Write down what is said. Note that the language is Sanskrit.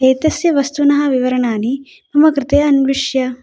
एतस्य वस्तुनः विवरणानि मम कृते अन्विष्य